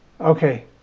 Okay